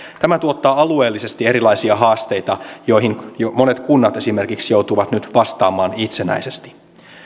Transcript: tämä tuottaa alueellisesti erilaisia haasteita joihin jo monet kunnat esimerkiksi joutuvat nyt vastaamaan itsenäisesti